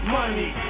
money